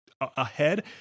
ahead